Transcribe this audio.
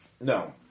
No